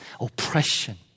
oppression